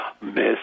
Miss